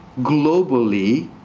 globally,